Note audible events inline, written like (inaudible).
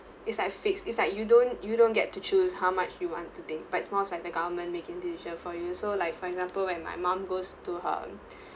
it's like fixed it's like you don't you don't get to choose how much you want to thing but it's more of like the government making decision for you so like for example when my mom goes to her (breath)